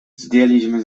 zdjęliśmy